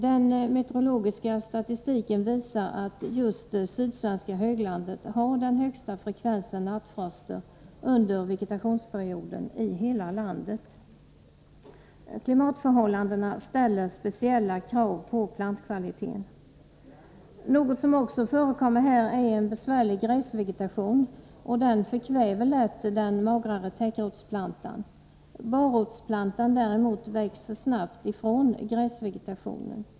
Den meteorologiska statistiken visar att just sydsvenska höglandet har den högsta frekvensen nattfroster under vegetationsperioden i hela landet. Klimatförhållandena ställer speciella krav på plantkvaliteten. Något som också förekommer här är en besvärlig gräsvegetation, som lätt förkväver den magrare täckrotsplantan. Barrotsplantan däremot växer snabbt ifrån gräsvegetationen.